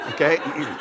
okay